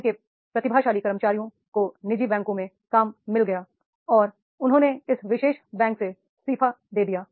bank के प्रतिभाशाली कर्मचारियों को निजी बैंकों में काम मिल गया और उन्होंने इस विशेष बैंक से इस्तीफा दे दिया